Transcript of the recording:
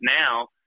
now